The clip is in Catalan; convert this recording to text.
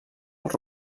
als